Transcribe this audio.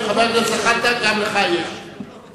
חבר הכנסת זחאלקה, גם לך יש זכות.